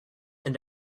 and